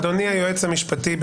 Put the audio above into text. אדוני היועץ המשפטי,